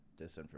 disinformation